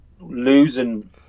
losing